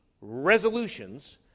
resolutions